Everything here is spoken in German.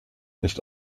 nicht